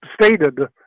stated